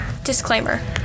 Disclaimer